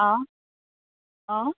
অঁ অঁ